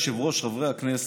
אדוני היושב-ראש, חברי הכנסת,